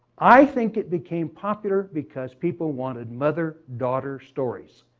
i think it became popular because people wanted mother-daughter stories,